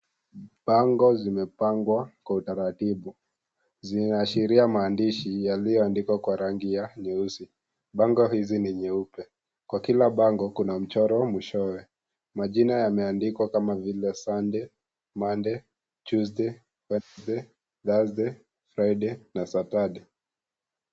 Pango zimepangwa, kwa utaratibu, zinaashiria maandishi yaliyoandikwa kwa rangi ya, nyeusi, bango hizi ni nyeupe, kwa kila bango, kuna mchoro mwishowe, majina yameandikwa kama vile(cs)Sunday, Monday, Tuesday, Wednesday, Thursday, Friday, na Saturday(cs).